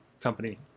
Company